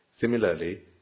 Similarly